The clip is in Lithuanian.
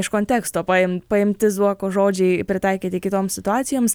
iš konteksto paim paimti zuoko žodžiai pritaikyti kitoms situacijoms